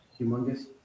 humongous